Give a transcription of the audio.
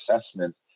assessment